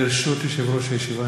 ברשות יושב-ראש הישיבה,